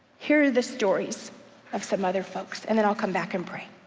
here are the stories of some other folks, and then i'll come back and pray.